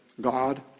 God